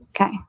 Okay